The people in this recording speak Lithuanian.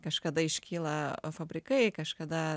kažkada iškyla fabrikai kažkada